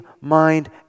mind